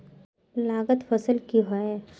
लागत फसल की होय?